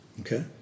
Okay